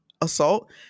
assault